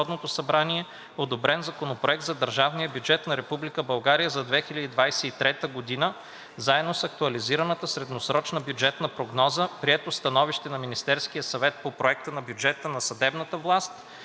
събрание одобрен Законопроект за държавния бюджет на Република България за 2023 г. заедно с актуализираната средносрочна бюджетна прогноза, прието становище на Министерския съвет по проекта на бюджета на съдебната власт